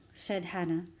said hannah.